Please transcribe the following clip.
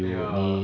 ya